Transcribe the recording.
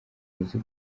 uzi